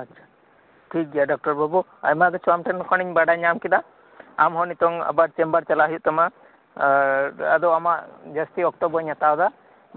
ᱟᱪᱪᱷᱟ ᱴᱷᱤᱠᱜᱮᱭᱟ ᱰᱚᱠᱴᱚᱨ ᱵᱟᱹᱵᱩ ᱟᱭᱢᱟ ᱠᱤᱪᱷᱩ ᱟᱢᱴᱷᱮᱱ ᱠᱷᱚᱱᱤᱧ ᱵᱟᱰᱟᱭᱧᱟᱢ ᱠᱮᱫᱟ ᱟᱢᱦᱚᱸ ᱱᱤᱛᱚᱜ ᱪᱮᱢᱵᱟᱨ ᱛᱮ ᱪᱟᱞᱟᱜ ᱦᱳᱭᱳᱜ ᱛᱟᱢᱟ ᱟᱫᱚ ᱟᱢᱟᱜ ᱡᱟᱹᱥᱛᱤ ᱚᱠᱛᱚ ᱵᱟᱹᱧ ᱦᱟᱛᱟᱣ ᱮᱫᱟ